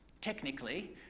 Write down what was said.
technically